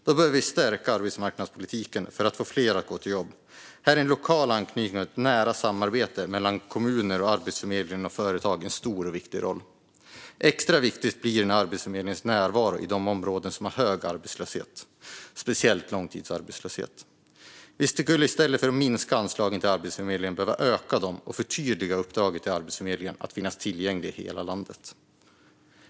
Då behöver vi stärka arbetsmarknadspolitiken för att fler ska gå till jobb. Här har en lokal anknytning och ett nära samarbete mellan kommuner, Arbetsförmedlingen och företag en stor och viktig roll. Extra viktig blir Arbetsförmedlingens närvaro i de områden som har hög arbetslöshet och speciellt långtidsarbetslöshet. Vi skulle i stället för att minska anslagen till Arbetsförmedlingen behöva öka dem och förtydliga uppdraget till Arbetsförmedlingen att finnas tillgänglig i hela landet.